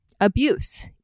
abuse